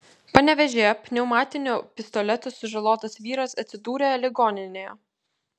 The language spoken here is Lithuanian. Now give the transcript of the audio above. panevėžyje pneumatiniu pistoletu sužalotas vyras atsidūrė ligoninėje